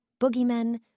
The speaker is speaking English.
boogeymen